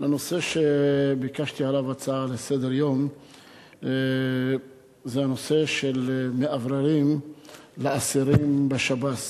הנושא שביקשתי עליו הצעה לסדר-היום זה הנושא של מאווררים לאסירים בשב"ס.